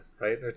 right